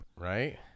Right